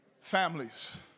Families